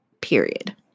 Period